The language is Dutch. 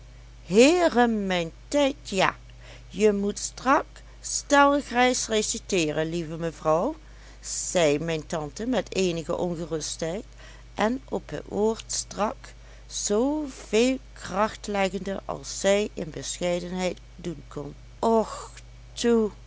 heeremijntijd ja je moet strak stellig reis reciteeren lieve mevrouw zei mijn tante met eenige ongerustheid en op het woord strak zooveel kracht leggende als zij in bescheidenheid doen kon och